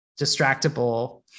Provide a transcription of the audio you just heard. distractible